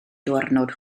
diwrnod